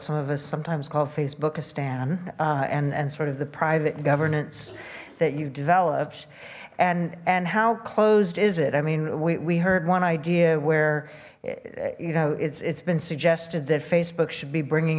some of us sometimes called facebook a stan and and sort of the private governance that you developed and and how closed is it i mean we heard one idea where you know it's it's been suggested that facebook should be bringing